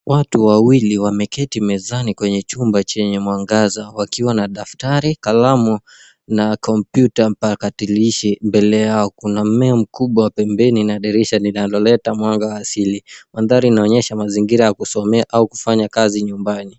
Watu wawili wameketi mezani kwenye chumba chenye mwangaza wakiwa na daftari, kalamu na kompyuta mpakatilishi mbele yao. Kuna mmea mkubwa pembeni na dirisha linaloleta mwanga wa asili. Mandhari inaonyesha mazingira ya kusomea au kufanya kazi nyumbani.